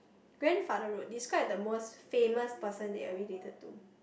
grandfather road describe the most famous person that you're related to